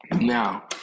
Now